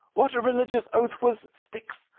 what a religious oath was styx,